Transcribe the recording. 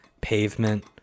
Pavement